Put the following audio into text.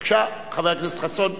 בבקשה, חבר הכנסת חסון.